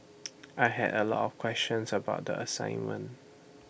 I had A lot of questions about the assignment